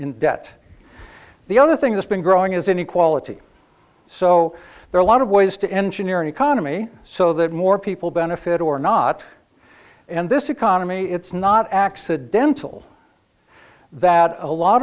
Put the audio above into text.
in debt the other thing that's been growing is inequality so there are a lot of ways to engineer an economy so that more people benefit or not and this economy it's not accidental that a lot